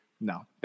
No